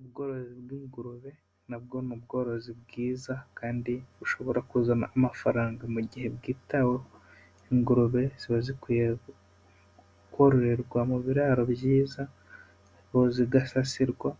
Ubworozi bw'ingurube na bwo ni ubworozi bwiza kandi bushobora kuzana amafaranga mu gihe bwitaweho, ingurube ziba zikwiye kororerwa mu biraro byiza, zigasasirwa